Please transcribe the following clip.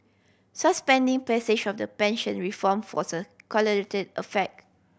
suspending passage of the pension reform effect